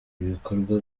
ibikorwa